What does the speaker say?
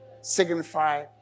signify